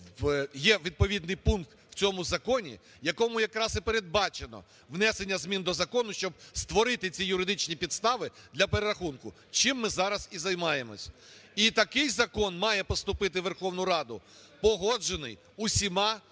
є відповідний пункт в цьому законі, в якому якраз і передбачено внесення змін до закону, щоб створити ці юридичні підстави для перерахунку, чим ми зараз і займаємося. І такий закон має поступити у Верховну Раду погоджений усіма